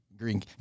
Green